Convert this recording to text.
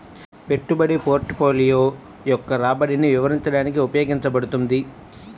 పెట్టుబడి పోర్ట్ఫోలియో యొక్క రాబడిని వివరించడానికి ఉపయోగించబడుతుంది